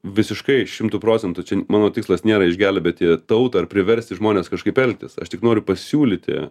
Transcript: visiškai šimtu procentų mano tikslas nėra išgelbėti tautą ar priversti žmones kažkaip elgtis aš tik noriu pasiūlyti